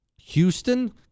Houston